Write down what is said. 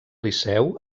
liceu